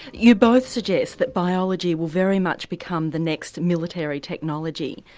you both suggest that biology will very much become the next military technology.